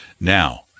Now